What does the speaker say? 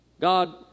God